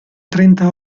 trenta